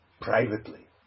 privately